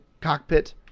cockpit